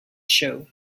show